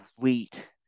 great